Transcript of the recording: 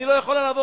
אני לא יכולה לעבור.